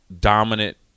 dominant